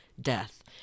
death